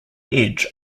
edge